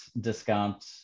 discount